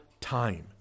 time